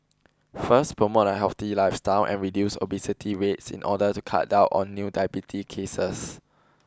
first promote a healthy lifestyle and reduce obesity rates in order to cut down on new diabetes cases